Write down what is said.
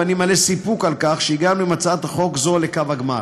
ואני מלא סיפוק על כך שהגענו עם הצעת חוק זו לקו הגמר.